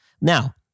Now